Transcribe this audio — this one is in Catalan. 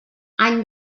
any